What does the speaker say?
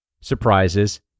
surprises